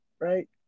Right